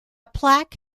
plaque